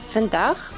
Vandaag